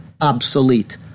obsolete